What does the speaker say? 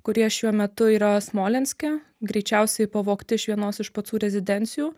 kurie šiuo metu yra smolenske greičiausiai pavogti iš vienos iš pacų rezidencijų